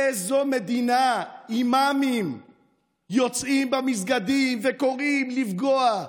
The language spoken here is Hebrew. באיזו מדינה אימאמים יוצאים במסגדים וקוראים לפגוע,